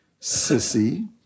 sissy